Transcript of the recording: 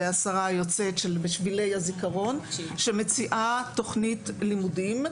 השרה היוצאת "בשבילי הזיכרון" שמציעה תוכנית לימודים,